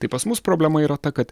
tai pas mus problema yra ta kad